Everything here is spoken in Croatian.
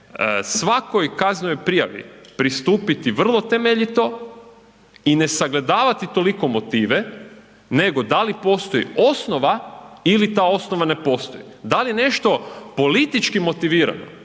svakoj kaznenoj prijavi pristupiti vrlo temeljito i ne sagledavati toliko motive nego da li postoji osnova ili ta osnova ne postoji, da li je nešto politički motivirano